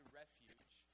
refuge